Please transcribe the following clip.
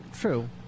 True